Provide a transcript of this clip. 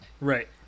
right